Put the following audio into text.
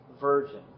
virgin